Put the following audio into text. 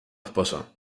esposo